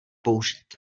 použít